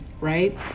right